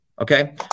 okay